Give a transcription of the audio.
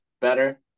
better